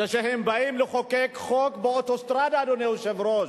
כשהם באים לחוקק חוק באוטוסטרדה, אדוני היושב-ראש,